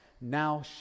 Now